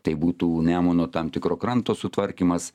tai būtų nemuno tam tikro kranto sutvarkymas